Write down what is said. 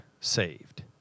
saved